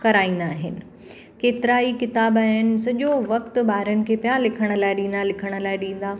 कराईंदा आहिनि केतिरा ई किताब आहिनि सॼो वक़्त ॿारनि खे पिया लिखण लाइ ॾींदा लिखण लाइ ॾींदा